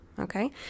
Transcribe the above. okay